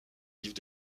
livres